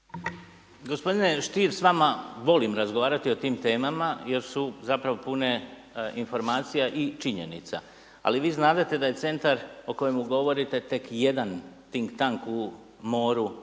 Gospodine Stier, s vama volim razgovarati o tim temama, jer su zapravo pune informacija i činjenica, ali vi znadete da je Centar o kojemu govorite, tek jedan tink-tank u moru